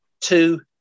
two